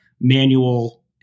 manual